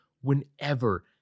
whenever